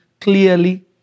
clearly